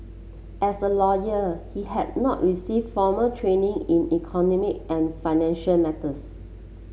as a lawyer he had not receive formal training in economy and financial matters